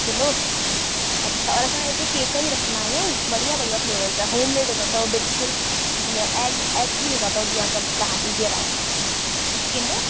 kilo अच्छा और असां हिते केक बि रखंदा आहियूं बढ़िया बढ़िया फ़्लेवर जा हॉममेड हूंदो अथव बिल्कुलु जीअं एग एग फ़्री हूंदा अथव जीअं अगरि तव्हां कंहिंजो